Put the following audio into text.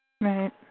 Right